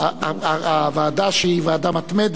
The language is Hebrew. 11 בעד, אין מתנגדים ואין נמנעים.